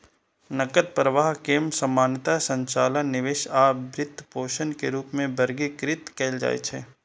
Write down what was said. नकद प्रवाह कें सामान्यतः संचालन, निवेश आ वित्तपोषण के रूप मे वर्गीकृत कैल जाइ छै